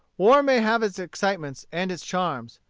war may have its excitements and its charms.